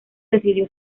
decidió